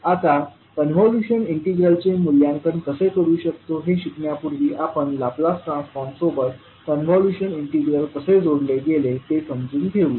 आता कॉन्व्होल्यूशन इंटीग्रलचे मूल्यांकन कसे करू शकतो हे शिकण्यापूर्वी आपण लाप्लास ट्रान्सफॉर्म सोबत कॉन्व्होल्यूशन इंटिग्रल कसे जोडले गेले ते समजून घेऊया